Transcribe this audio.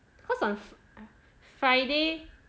cause on friday